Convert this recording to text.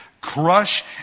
crush